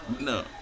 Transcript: No